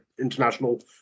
International